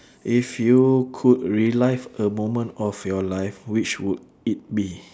if you could relive a moment of your life which would it be